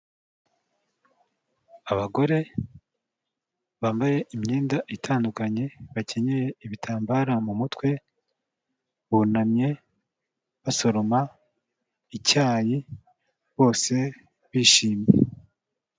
Abagore bambaye imyenda itandukanye, bakenyeye ibitambara mu mutwe, bunamye basoroma icyayi bose bishimye.